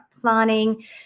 planning